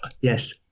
Yes